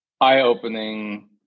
eye-opening